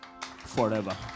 Forever